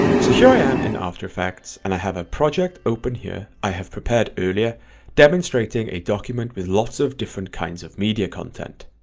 so here i am in after effects and i have a project open here i have prepared earlier demonstrating a document with lots of different kinds of media content.